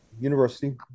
University